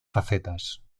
facetas